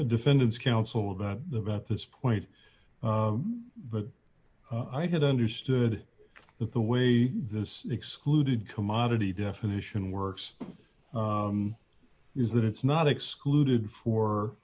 the defendant's counsel about the about this point but i had understood that the way this excluded commodity definition works is that it's not excluded for